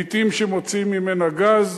לעתים מוציאים ממנה גז,